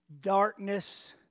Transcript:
darkness